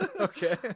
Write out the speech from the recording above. Okay